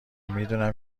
میدونم